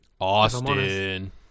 Austin